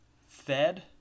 fed